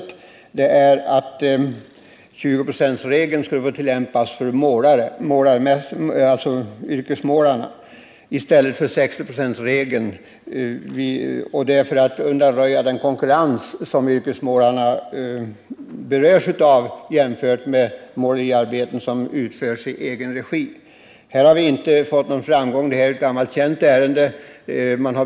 I motionen föreslås att 20-procentsregeln får tillämpas för yrkesmålarna i stället för 60-procentsregeln för att undanröja den konkurrens som yrkesmålarna möter när de har att konkurrera med dem som utför måleriarbeten i egen regi. Där har vi inte haft någon framgång. Ärendet är gammalt och välbekant.